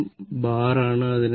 ഇതും ബാർ ആണ്